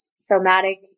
somatic